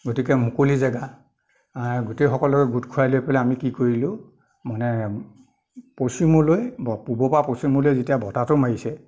গতিকে মুকলি জেগা গোটেইসকলোকে গোট খোৱাই লৈ পেলাই আমি কি কৰিলো মানে পশ্চিমলৈ ব পূবৰপৰা পশ্চিমলৈ যেতিয়া বতাহটো মাৰিছে